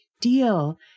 deal